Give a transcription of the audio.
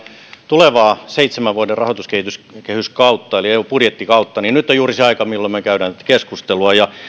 tulevaa seitsemän vuoden rahoituskehyskautta eli eun budjettikautta niin on juuri se aika milloin me käymme keskustelua